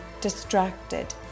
distracted